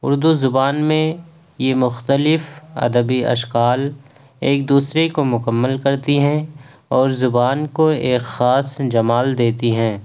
اردو زبان میں یہ مختلف ادبی اشکال ایک دوسرے کو مکمل کرتی ہیں اور زبان کو ایک خاص جمال دیتی ہیں